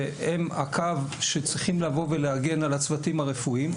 והם הקו שצריך להגן על הצוותים הרפואיים,